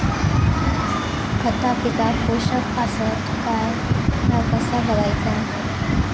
खता पिकाक पोषक आसत काय ह्या कसा बगायचा?